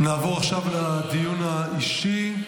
נעבור עכשיו לדיון האישי.